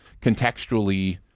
contextually